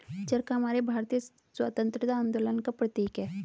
चरखा हमारे भारतीय स्वतंत्रता आंदोलन का प्रतीक है